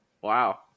Wow